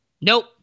Nope